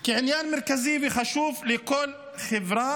כעניין מרכזי וחשוב לכל חברה,